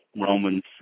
Romans